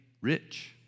rich